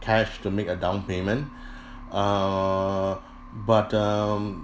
cash to make a down payment err but um